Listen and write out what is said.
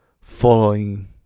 following